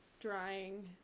drying